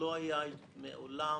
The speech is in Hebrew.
מעולם,